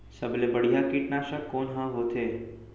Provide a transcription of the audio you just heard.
सबले बढ़िया कीटनाशक कोन ह होथे?